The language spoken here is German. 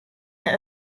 der